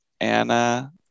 Anna